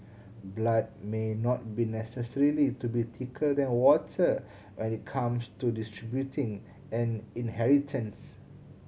blood may not be necessarily be thicker than water when it comes to distributing an inheritance